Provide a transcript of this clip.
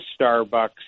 Starbucks